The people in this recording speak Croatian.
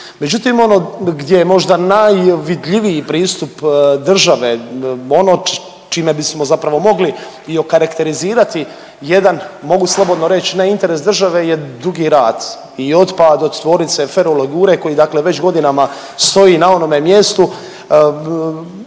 Međutim, ono gdje je možda najvidljiviji pristup države ono čime bismo zapravo mogli i okarakterizirati jedan mogu slobodno reć, ne interes države je Dugi Rat i otpad od Tvornice ferolegure koji već godinama stoji na onome mjestu.